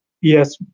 Yes